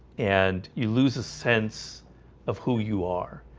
and you lose a sense of who you are.